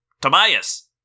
Tobias